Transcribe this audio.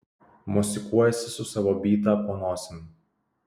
mosikuojasi su savo byta po nosim